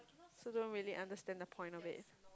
so don't really understand the point of it